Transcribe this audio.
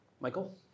Michael